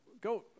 go